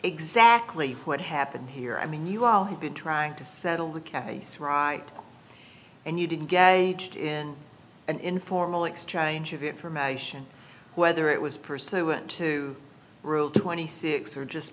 exactly what happened here i mean you all have been trying to settle the case right and you didn't get it in an informal exchange of information whether it was pursuant to rule twenty six or just